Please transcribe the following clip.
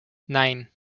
nine